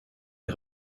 est